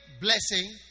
Blessing